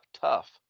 tough